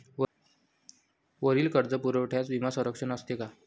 वरील कर्जपुरवठ्यास विमा संरक्षण असते का?